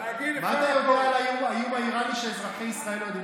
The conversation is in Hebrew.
מה אתה יודע על האיום האיראני שאזרחי ישראל לא יודעים?